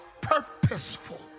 purposeful